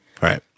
Right